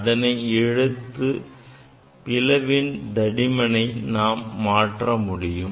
இதனை இழுத்து பிளவின் தடிமனை மாற்ற முடியும்